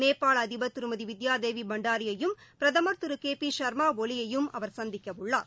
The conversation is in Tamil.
நேபாள அதிபா் திருமதி வித்யாதேவி பண்டாரியையும் பிரதமா் திரு கே பி ஷா்மா ஒலியையும் அவர் சந்திக்கவுள்ளார்